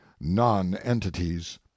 nonentities